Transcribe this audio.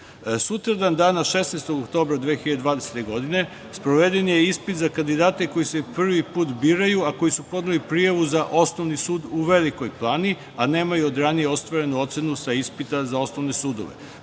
Sutradan, dana 16. oktobra 2020. godine, sproveden je ispit za kandidate koji se prvi put biraju, a koji su podneli prijavu za Osnovni sud u Velikoj Plani, a nemaju od ranije ostvarenu ocenu sa ispita za osnovne sudove. Znači,